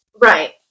Right